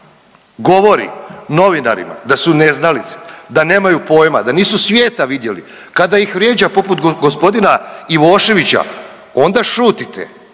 govori novinarima da su neznalice, da nemaju pojma, da nisu svijeta vidjeli, kada ih vrijeđa poput g. Ivoševića onda šutite,